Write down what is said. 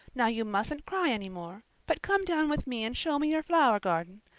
now, you mustn't cry any more, but come down with me and show me your flower garden.